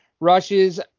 Rushes